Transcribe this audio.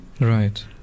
Right